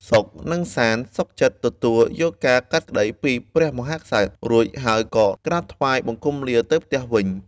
សុខ និងសាន្ត សុខចិត្តទទួលយកការកាត់ក្តីពីព្រះមហាក្សត្រ រួចហើយក៏ក្រាបថ្វាយបង្គំលាទៅផ្ទះវិញទៅ។